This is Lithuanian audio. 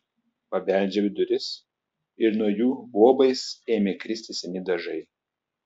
pabeldžiau į duris ir nuo jų luobais ėmė kristi seni dažai